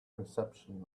reception